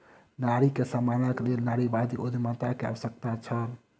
नारी के सम्मानक लेल नारीवादी उद्यमिता के आवश्यकता छल